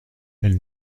elle